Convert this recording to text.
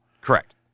Correct